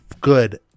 good